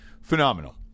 Phenomenal